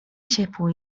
ciepło